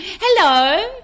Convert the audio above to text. Hello